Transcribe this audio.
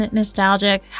nostalgic